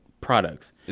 products